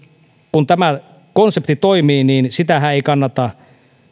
kun tämä konsepti toimii niin sitähän ei kannata